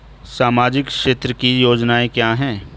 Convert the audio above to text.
सामाजिक क्षेत्र की योजनाएं क्या हैं?